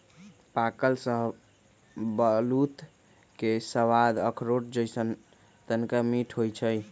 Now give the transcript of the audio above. पाकल शाहबलूत के सवाद अखरोट जइसन्न तनका मीठ होइ छइ